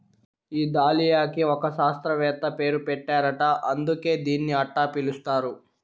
ఈ దాలియాకి ఒక శాస్త్రవేత్త పేరు పెట్టారట అందుకే దీన్ని అట్టా పిలుస్తారు